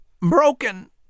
broken